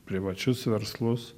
privačius verslus